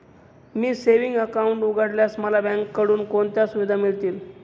मी savings account उघडल्यास मला बँकेकडून कोणत्या सुविधा मिळतील?